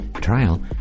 trial